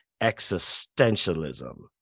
existentialism